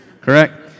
Correct